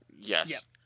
Yes